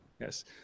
yes